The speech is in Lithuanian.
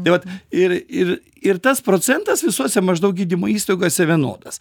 tai vat ir ir ir tas procentas visuose maždaug gydymo įstaigose vienodas